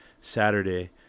Saturday